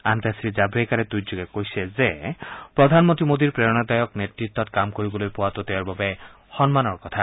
আনহাতে শ্ৰীজাভ্ৰেকাৰে টুইটযোগে কয় যে প্ৰধানমন্ত্ৰী মোদীৰ প্ৰেৰণাদায়ক নেতৃত্বত কাম কৰিবলৈ পোৱাটো তেওঁৰ বাবে সন্মানৰ কথা